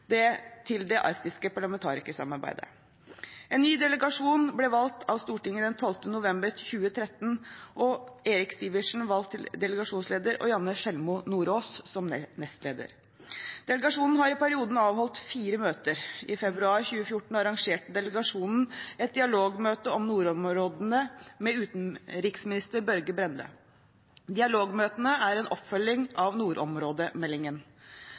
sekretariatsfunksjonen til det arktiske parlamentarikersamarbeidet. En ny delegasjon ble valgt av Stortinget den 12. november 2013, og Eirik Sivertsen ble valgt til delegasjonsleder med Janne Sjelmo Nordås som nestleder. Delegasjonen har i perioden avholdt fire møter. I februar 2014 arrangerte delegasjonen et dialogmøte om nordområdene med utenriksminister Børge Brende. Dialogmøtene er en oppfølging av nordområdemeldingen.